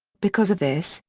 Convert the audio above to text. because of this,